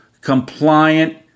compliant